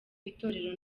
itorero